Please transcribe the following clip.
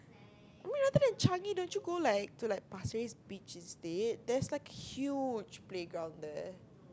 I mean either than changi don't you go like to like Pasir-Ris Beach instead there's like huge playground there